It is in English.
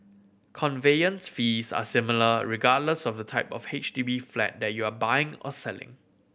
conveyance fees are similar regardless of the type of H D B flat that you are buying or selling